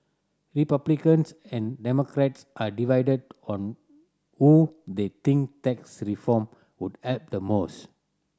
Republicans and Democrats are divided on who they think tax reform would help the most